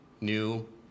new